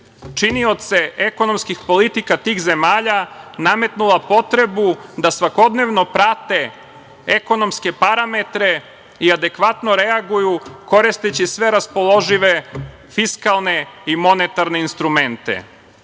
činioce ekonomskih politika tih zemalja nametnula potrebu da svakodnevno prate ekonomske parametre i adekvatno reaguju koristeći sve raspoložive fiskalne i monetarne instrumente. Vidimo